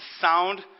sound